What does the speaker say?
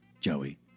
Joey